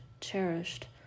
cherished